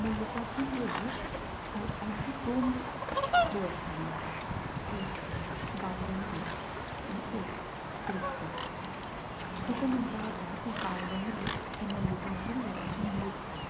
मल्लिकार्जून देवूळ हा हाचीं दोन देवस्थानां आसात एक गांवडोंगरी आनी एक श्रीस्थळ अशें म्हटलें वता की गांवडोंगरी हें मल्लिकार्जून देवाचें मूळ स्थान